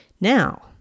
Now